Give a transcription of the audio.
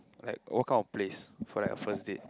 like what kind of place for like first date